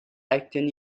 eighteen